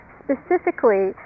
specifically